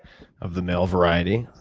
of the male variety,